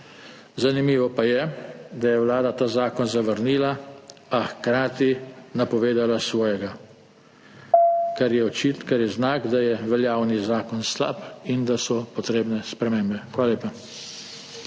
Zanimivo pa je, da je Vlada ta zakon zavrnila, a hkrati napovedala svojega, kar je znak, da je veljavni zakon slab in da so potrebne spremembe. Hvala lepa.